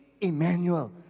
Emmanuel